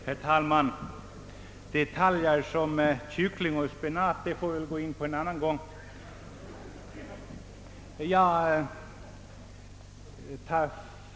Herr talman! Sådana detaljer som kyckling och spenat får vi kanske gå in på en annan gång.